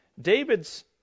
David's